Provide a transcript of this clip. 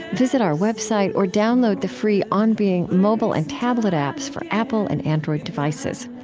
visit our website, or download the free on being mobile and tablet apps for apple and android devices.